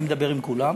אני מדבר עם כולם,